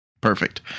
perfect